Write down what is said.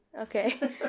okay